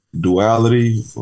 duality